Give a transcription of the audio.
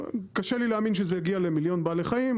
קשה לי להאמין שזה יגיע ל- 1 מיליון בעלי חיים,